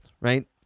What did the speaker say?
right